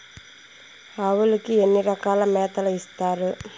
ఆవులకి ఎన్ని రకాల మేతలు ఇస్తారు?